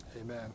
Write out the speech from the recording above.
amen